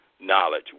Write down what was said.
knowledge